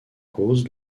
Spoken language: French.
cause